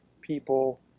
people